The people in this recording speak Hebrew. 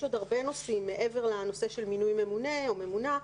עוד הרבה נושאים מעבר לנושא של מינוי ממונה או ממונָּה,